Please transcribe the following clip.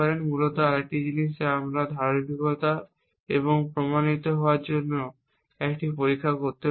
মূলত আরেকটি জিনিস যা আমরা ধারাবাহিকতা এবং প্রমাণিত হওয়ার জন্য একটি পরীক্ষা করতে পারি